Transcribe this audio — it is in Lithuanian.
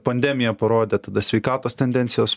pandemija parodė tada sveikatos tendencijos